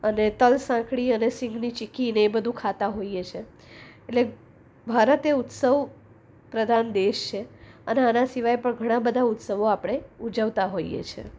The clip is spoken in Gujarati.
અને તલ સાંકળી અને સીંગની ચીક્કીને એ બધું ખાતા હોઈએ છે એટલે ભારત એ ઉત્સવ પ્રધાન દેશ છે અને આના સિવાય પણ ઘણા બધા ઉત્સવ આપણે ઉજવતા હોઈએ છે